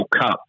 Cup